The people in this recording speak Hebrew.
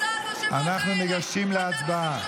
אנחנו ניגשים להצבעה.